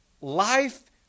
life